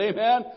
Amen